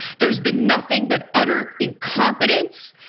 there's been nothing, but utter incompetence.